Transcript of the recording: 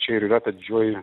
čia ir yra ta didžioji